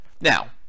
Now